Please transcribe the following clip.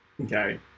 Okay